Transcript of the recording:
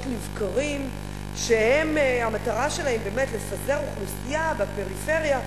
לבקרים שהמטרה שלהם באמת לפזר אוכלוסייה בפריפריה,